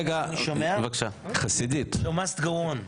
יו מסט גו און.